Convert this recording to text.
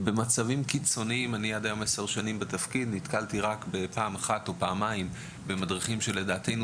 במשך 10 שנים שאני בתפקיד נתקלתי פעם אחת או פעמיים במדריכים שלדעתנו